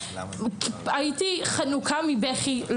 הייתי חנוקה מבכי,